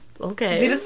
Okay